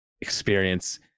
experience